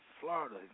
Florida